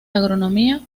agronomía